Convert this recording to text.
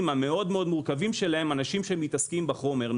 המורכבים שלהם אנשים שמתעסקים בחומר,